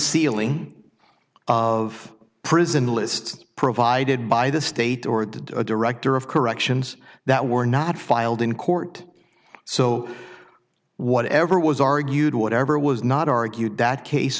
unsealing of prison the list provided by the state or the director of corrections that were not filed in court so whatever was argued whatever was not argued that case